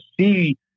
see